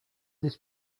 this